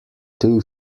two